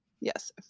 Yes